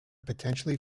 potentially